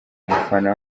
umufana